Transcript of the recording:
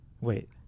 wait